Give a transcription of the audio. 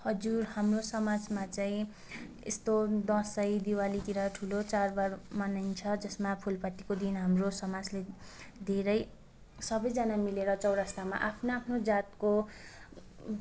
हजुर हाम्रो समाजमा चाहिँ यस्तो दसैँ दिवालीतिर ठुलो चाडबाड मनाइन्छ जसमा फुलपातीको दिन हाम्रो समाजले धेरै सबैजना मिलेर चौरस्तामा आफ्नो आफ्नो जातको